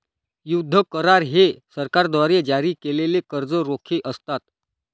युद्ध करार हे सरकारद्वारे जारी केलेले कर्ज रोखे असतात